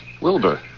Wilbur